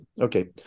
Okay